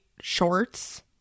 shorts